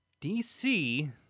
DC